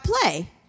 play